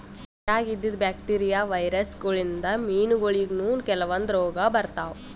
ನಿರಾಗ್ ಇದ್ದಿದ್ bacteria, virus ಗೋಳಿನ್ದ್ ಮೀನಾಗೋಳಿಗನೂ ಕೆಲವಂದ್ ರೋಗ್ ಬರ್ತಾವ್